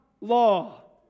law